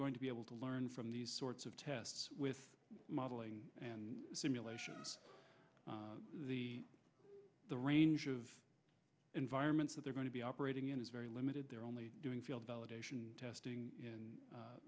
going to be able to learn from these sorts of tests with modeling and simulation the the range of environments that they're going to be operating in is very limited they're only doing field validation testing